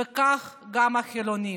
וכך גם החילונים.